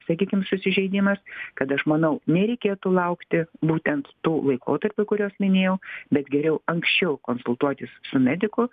sakykim susižeidimas kad aš manau nereikėtų laukti būtent tų laikotarpių kuriuos minėjau bet geriau anksčiau konsultuotis su mediku